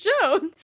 Jones